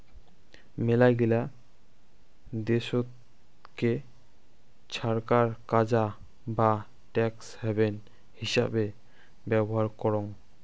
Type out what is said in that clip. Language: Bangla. মেলাগিলা দেশতকে ছরকার কাজা বা ট্যাক্স হ্যাভেন হিচাবে ব্যবহার করং